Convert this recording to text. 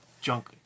junk